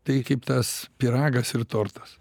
tai kaip tas pyragas ir tortas